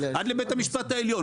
עד לבית המשפט העליון,